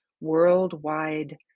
worldwide